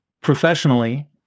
Professionally